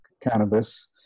cannabis